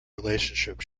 relationship